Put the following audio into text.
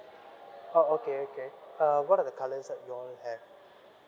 oh okay okay uh what are the colours that you all have